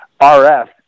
RF